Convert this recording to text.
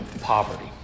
poverty